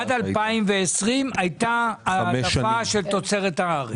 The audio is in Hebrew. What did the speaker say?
עד 2020 הייתה העדפה של תוצרת הארץ.